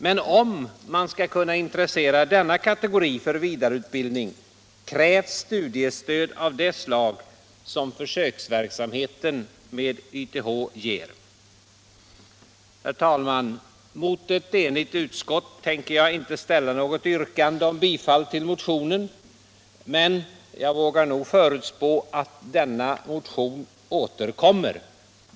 Men om man skall kunna intressera denna kategori för vidareutbildning krävs studiestöd av det slag som försöksverksamheten med YTH ger. Herr talman! Mot ett enigt utskott tänker jag inte ställa något yrkande om bifall till motionen, men jag vågar nog förutspå att motionen återkommer.